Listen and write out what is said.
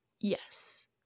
Yes